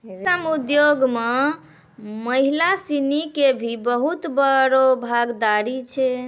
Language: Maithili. रेशम उद्योग मॅ महिला सिनि के भी बहुत बड़ो भागीदारी छै